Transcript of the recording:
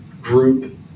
group